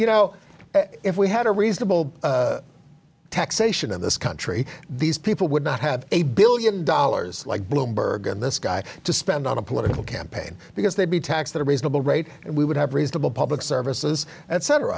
you know if we had a reasonable taxation in this country these people would not have a billion dollars like bloomberg and this guy to spend on a political campaign because they'd be taxed at a reasonable rate and we would have reasonable public services et